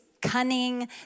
cunning